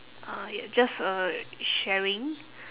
uh ya just a sharing